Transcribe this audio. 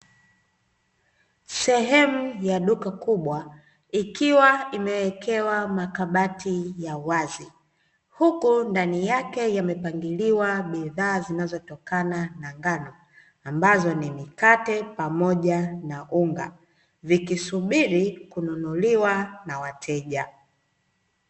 Sehemu ya duka kubwa ikiwa imewekewa makabati ya wazi; huku ndani yake yamepangiliwa bidhaa zinazotokana na ngano ambazo ni mikate pamoja na unga vikisubiri kununuliwa na wateja.